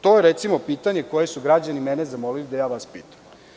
To je, recimo, pitanje koje su građani mene zamolili da ja vas pitam.